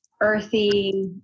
earthy